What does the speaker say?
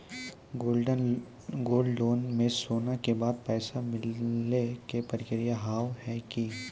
Gold loan मे सोना के बदले पैसा मिले के प्रक्रिया हाव है की?